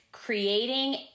creating